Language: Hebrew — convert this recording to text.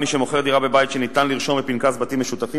מי שמוכר דירה בבית שניתן לרשום בפנקס בתים משותפים,